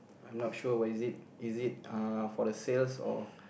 I'm not sure what is it is it uh for the sales or